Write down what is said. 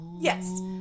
Yes